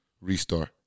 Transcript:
Restart